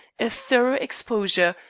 a thorough exposure,